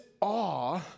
awe